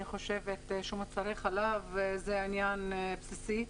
אני חושבת שמוצרי חלב זה מצרך בסיסי.